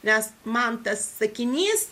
nes man tas sakinys